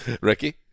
Ricky